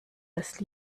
das